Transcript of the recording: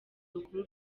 rukuru